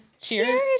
Cheers